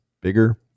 bigger